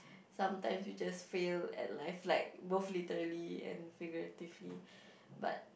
sometimes you just fail at life like both literally and figuratively but